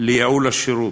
ולייעול השירות.